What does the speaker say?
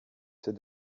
c’est